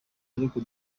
ariko